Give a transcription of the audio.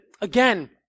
again